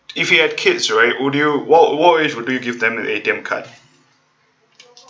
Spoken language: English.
if you have kids right would you what what age would you give them an A_T_M card